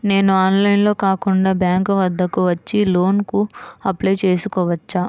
నేను ఆన్లైన్లో కాకుండా బ్యాంక్ వద్దకు వచ్చి లోన్ కు అప్లై చేసుకోవచ్చా?